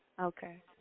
Okay